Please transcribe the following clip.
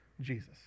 Jesus